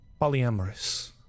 polyamorous